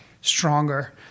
stronger